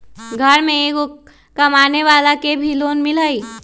घर में एगो कमानेवाला के भी लोन मिलहई?